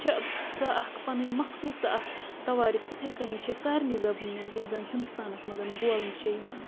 چھےٚ سۄ اَکھ پَنٕنۍ مخصوٗص اکھ تَوارِیٖخ تِتھَے کٔنی چھِ سارنٕے زَبٲنٮ۪ن یِم زَن ہِندُستانَس منٛز بولنہٕ چھِ یِوان